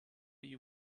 you